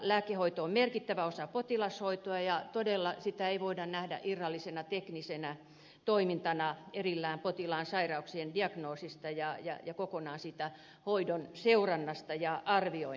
lääkehoito on merkittävä osa potilashoitoa ja todella sitä ei voida nähdä kokonaan irrallisena teknisenä toimintana erillään potilaan sairauksien diagnoosista ja siitä hoidon seurannasta ja arvioinnista